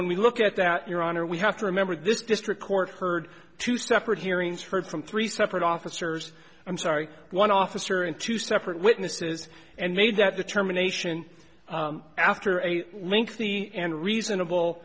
when we look at that your honor we have to remember this district court heard two separate hearings heard from three separate officers i'm sorry one officer and two separate witnesses and made that determination after a lengthy and reasonable